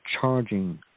charging